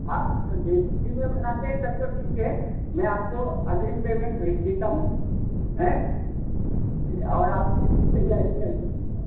हाँ तो देसी घी में बनाते हैं तब तो ठीक है मैं आपको अग्रिम पेमेंट भेज देता हूँ हैं और आप इसकी तैयारी कर दीजिएगा